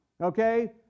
Okay